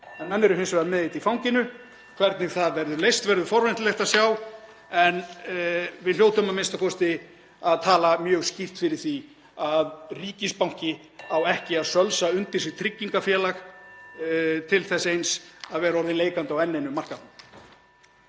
En menn eru hins vegar með þetta í fanginu og hvernig þetta verður leyst verður forvitnilegt að sjá. En við hljótum a.m.k. að tala mjög skýrt fyrir því að ríkisbanki á ekki að sölsa undir sig tryggingafélag til þess eins að vera orðinn leikandi á enn einum markaðnum.